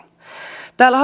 täällä